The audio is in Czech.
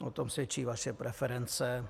O tom svědčí vaše preference.